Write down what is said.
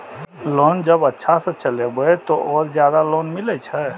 Loan जब अच्छा से चलेबे तो और ज्यादा लोन मिले छै?